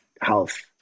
health